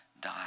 die